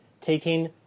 taking